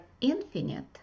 infinite